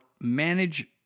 manage